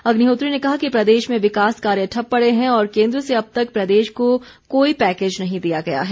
अग्निहोत्री ने कहा कि प्रदेश में विकास कार्य ठप्प पड़े हैं और केन्द्र से अब तक प्रदेश को कोई पैकेज नहीं दिया गया है